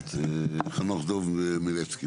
חנוך דב מלביצקי,